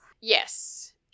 Yes